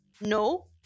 No